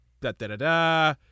da-da-da-da